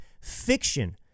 fiction